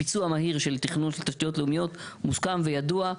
ביצוע מהיר של תכנון תשתיות לאומיות מוסכם וידוע.